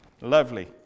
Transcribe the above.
Lovely